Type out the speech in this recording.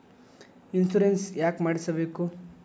Insurance ಯಾಕ್ ಮಾಡಿಸಬೇಕು?